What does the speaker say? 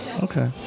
Okay